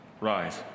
Rise